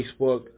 Facebook